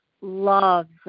loves